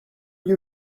you